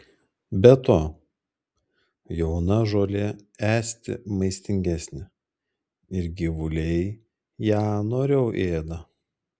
be to jauna žolė esti maistingesnė ir gyvuliai ją noriau ėda